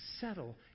settle